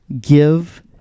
give